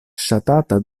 ŝatata